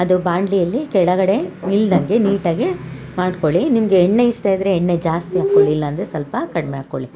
ಅದು ಬಾಣ್ಲಿಯಲ್ಲಿ ಕೆಳಗಡೆ ನಿಲ್ದಂಗೆ ನೀಟಾಗೆ ಮಾಡ್ಕೊಳಿ ನಿಮಗೆ ಎಣ್ಣೆ ಇಷ್ಟ ಇದ್ದರೆ ಎಣ್ಣೆ ಜಾಸ್ತಿ ಹಾಕ್ಕೊಳಿ ಇಲ್ಲಾಂದ್ರೆ ಸ್ವಲ್ಪ ಕಡ್ಮೆ ಹಾಕ್ಕೊಳಿ